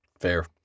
Fair